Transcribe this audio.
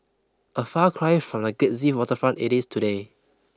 a far cry from the glitzy waterfront it is today